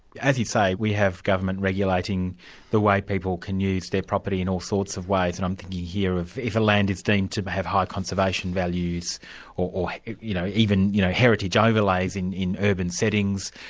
as you say, we have government regulating the way people can use their property in all sorts of ways, and i'm thinking here of if a land is deemed to but have high conservation values or or you know even you know heritage overlays in in urban settings,